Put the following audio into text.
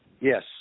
Yes